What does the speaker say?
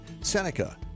Seneca